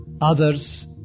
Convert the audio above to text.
others